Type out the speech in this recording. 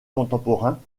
contemporains